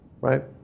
Right